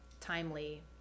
timely